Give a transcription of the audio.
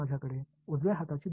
மாணவர் ரத்தாகும்